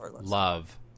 love